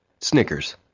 Snickers